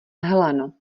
heleno